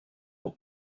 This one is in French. pour